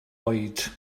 oed